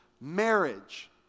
Marriage